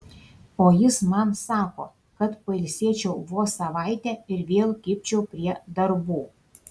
o jis man sako kad pailsėčiau vos savaitę ir vėl kibčiau prie darbų